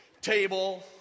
table